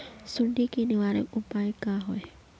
सुंडी के निवारक उपाय का होए?